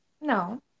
No